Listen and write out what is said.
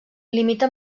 limita